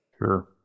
Sure